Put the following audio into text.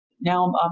now